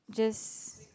just